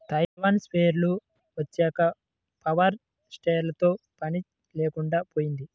Taiwan స్ప్రేయర్లు వచ్చాక power స్ప్రేయర్లతో పని లేకుండా పోయింది